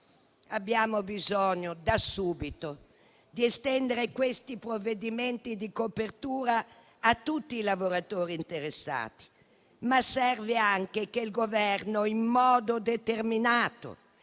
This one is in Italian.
Abbiamo bisogno da subito di estendere questi provvedimenti di copertura a tutti i lavoratori interessati. Ma serve anche che il Governo in modo determinato